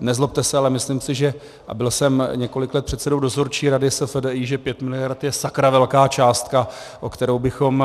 Nezlobte se, ale myslím si, a byl jsem několik let předsedou dozorčí rady SFDI, že 5 miliard je sakra velká částka, o kterou bychom